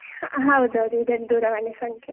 ಹೌದೌದು ಇದೇ ದೂರವಾಣಿ ಸಂಖ್ಯೆ